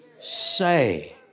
say